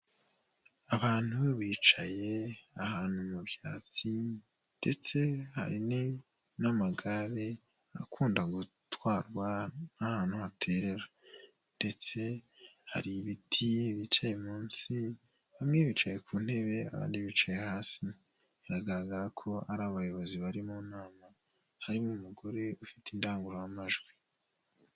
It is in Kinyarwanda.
Abantu be bicaye ahantu mu byatsi , ndetse hari n'amagare akunda gutwarwa n'ahantu haterera, ndetse hari ibiti bicaye munsi , bamwe bicaye ku ntebe abandi bicaye hasi , biragaragara ko ari abayobozi bari mu nama, harimo umugore ufite indangururamajwi.